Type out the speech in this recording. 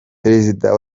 perezida